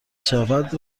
شود